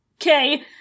okay